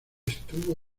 estuvo